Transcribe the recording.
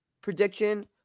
prediction